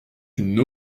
une